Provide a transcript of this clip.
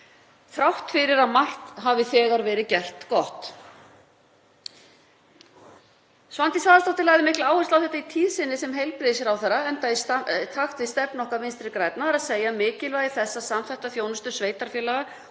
þrátt fyrir að margt hafi þegar verið gert gott. Svandís Svavarsdóttir lagði mikla áherslu á þetta í tíð sinni sem heilbrigðisráðherra enda í takt við stefnu okkar Vinstri grænna, þ.e. mikilvægi þess að samþætta þjónustu sveitarfélaga